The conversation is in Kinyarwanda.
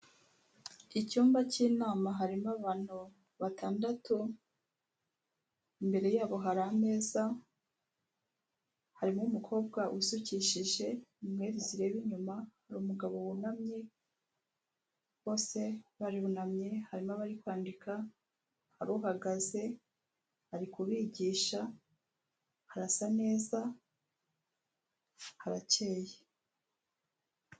Icyumba cy'inama harimo abantu batandatu, imbere yabo hari ameza, harimo umukobwa wisukishije inweli zireba inyuma, hari umugabo wunamye, bose barunamye, harimo abari kwandika, hari uhagaze ari kubigisha harasa neza harakeye.